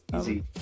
Easy